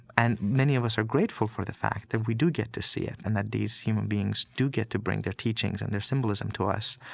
and many of us are grateful for the fact that we do get to see it and that these human beings do get to bring their teachings and their symbolism to us.